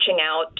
out